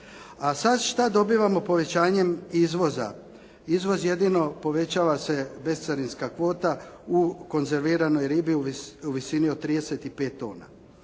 A sada šta dobivamo povećanjem izvoza? Izvoz jedino povećava se bescarinska kvota u konzerviranoj ribi u visini od 35 tona.